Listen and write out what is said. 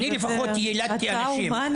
אתה הומני?